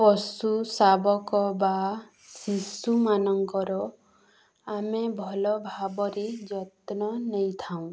ପଶୁ ଶାବକ ବା ଶିଶୁମାନଙ୍କର ଆମେ ଭଲ ଭାବରେ ଯତ୍ନ ନେଇଥାଉଁ